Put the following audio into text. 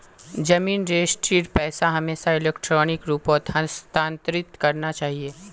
जमीन रजिस्ट्रीर पैसा हमेशा इलेक्ट्रॉनिक रूपत हस्तांतरित करना चाहिए